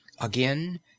Again